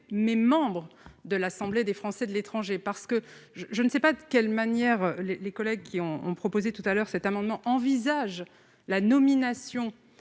mais membre de l'Assemblée des Français de l'étranger parce que je ne sais pas de quelle manière les les collègues qui ont proposé tout à l'heure, cet amendement envisage la nomination